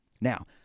Now